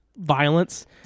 violence